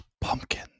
Pumpkin